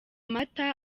mata